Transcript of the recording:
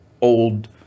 old